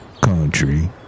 country